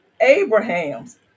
abraham's